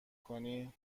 کنی